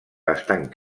bastant